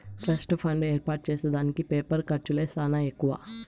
trust fund ఏర్పాటు చేసే దానికి పేపరు ఖర్చులే సానా ఎక్కువ